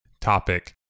topic